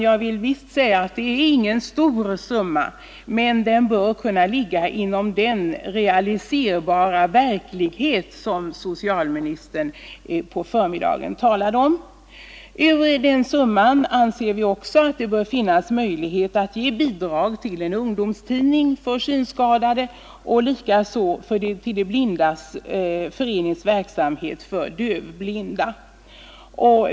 Det är visst inte någon stor summa, men den bör ligga inom den realiserbara verklighet som socialministern på förmiddagen talade om. Vi anser också att det bör finnas möjlighet att ur den summan ge bidrag till en ungdomstidning för synskadade och likaså till De blindas förenings verksamhet för dövblinda. Fru talman!